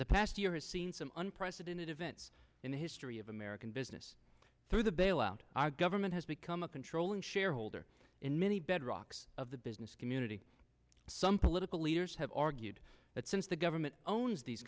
the past year has seen some unprecedented events in the history of american business through the bailout our government has become a controlling shareholder in many bedrocks of the business community some political leaders have argued that since the government owns these